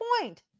point